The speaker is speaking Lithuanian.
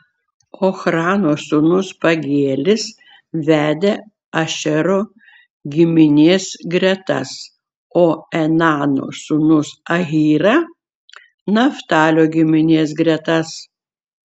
ochrano sūnus pagielis vedė ašero giminės gretas o enano sūnus ahyra naftalio giminės gretas